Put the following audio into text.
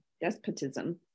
despotism